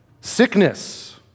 Sickness